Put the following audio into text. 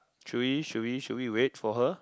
should we should we should we wait for her